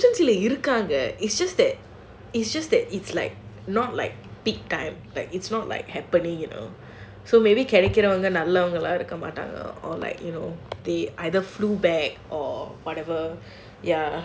இருக்காங்க:irukaanga it's just that it's just that it's like not like peak time like it's not like happening you know கெடைக்குறவங்க நெறயலாம் இருக்கமாட்டாங்க:kedaikuravanga nerayalaam irukka mattaanga or like you know they either flew back or whatever